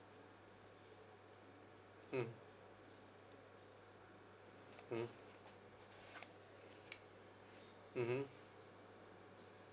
mm mm mmhmm